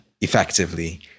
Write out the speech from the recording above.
effectively